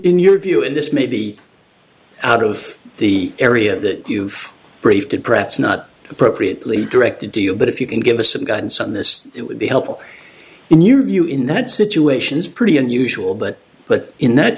your view and this may be out of the area that you've briefed and perhaps not appropriately directed to you but if you can give us some guidance on this it would be helpful in your view in that situation is pretty unusual but but in that